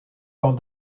camps